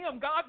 God